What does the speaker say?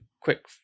quick